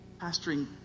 pastoring